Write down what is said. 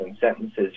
sentences